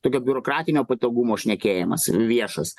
tokio biurokratinio patogumo šnekėjimas viešas